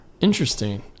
interesting